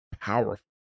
powerful